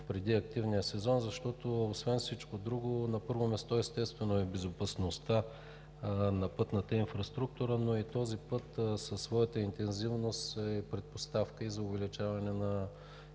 преди активния сезон, защото освен всичко друго, на първо място, естествено, е безопасността на пътната инфраструктура, но този път със своята интензивност е предпоставка и за увеличаване на